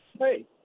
Hey